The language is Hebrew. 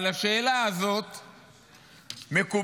על השאלה הזאת מקובל,